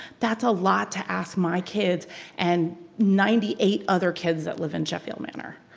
that's a lot to ask my kids and ninety eight other kids that live in sheffield manor.